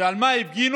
ועל מה הפגינו?